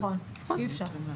נכון, אי אפשר.